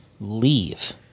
leave